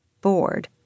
Bored